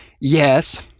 Yes